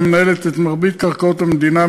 המנהלת את מרבית קרקעות המדינה,